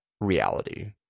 reality